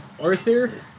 Arthur